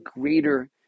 greater